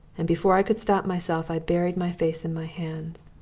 and before i could stop myself i buried my face in my hands.